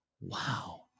Wow